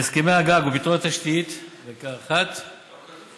בהסכמי הגג, ופתרונות לתשתיות, לא כתבו את זה טוב.